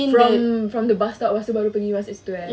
from the bus stop pastu pergi masuk situ eh